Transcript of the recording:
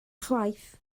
chwaith